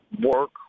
work